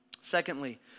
Secondly